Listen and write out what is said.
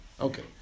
Okay